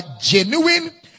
genuine